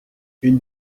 une